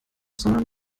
sondern